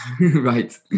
Right